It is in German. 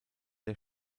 der